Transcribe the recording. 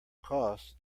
costs